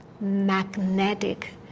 magnetic